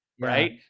Right